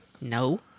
No